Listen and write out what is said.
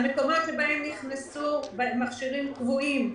המקומות שאליהם נכנסו מכשירים קבועים,